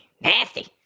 Nasty